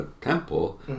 temple